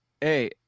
Hey